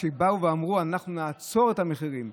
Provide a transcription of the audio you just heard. באו ואמרו: אנחנו נעצור את המחירים,